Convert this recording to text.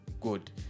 good